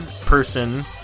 person